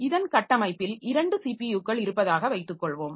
இதன் கட்டமைப்பில் 2 ஸிபியுகள் இருப்பதாக வைத்துக்கொள்வோம்